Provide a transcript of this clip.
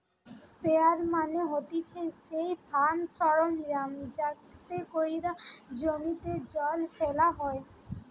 sprayer মানে হতিছে সেই ফার্ম সরঞ্জাম যাতে কোরিয়া জমিতে জল ফেলা হয়